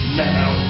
now